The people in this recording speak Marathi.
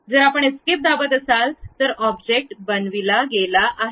जर आपण एस्केप दाबत असाल तर ऑब्जेक्ट बनविला गेला आहे